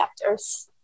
chapters